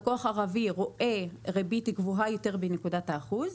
לקוח ערבי רואה ריבית גבוהה יותר בנקודת האחוז,